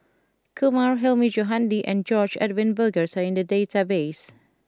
Kumar Hilmi Johandi and George Edwin Bogaars are in the database